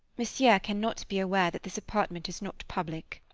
monsieur cannot be aware that this apartment is not public.